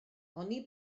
oni